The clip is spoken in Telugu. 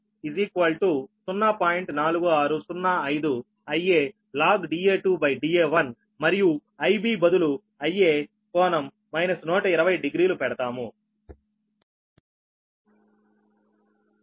4605 Ia log Da2 Da1 మరియు Ib బదులు Ia ∟ 1200 పెడతాము